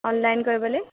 online কৰিবলৈ